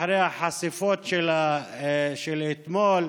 אחרי החשיפות של אתמול,